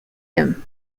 him